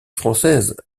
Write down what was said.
française